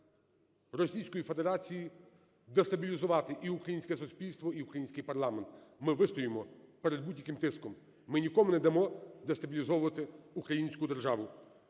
Російської Федерації дестабілізувати і українське суспільство, і український парламент. Ми вистоїмо перед будь-яким тиском, ми нікому не дамо дестабілізовувати українську державу.